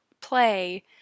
play